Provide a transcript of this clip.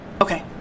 Okay